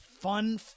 fun